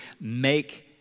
make